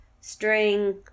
string